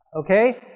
Okay